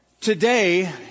Today